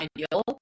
ideal